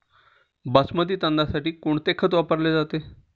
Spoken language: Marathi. बासमती तांदळासाठी कोणते खत वापरले जाते?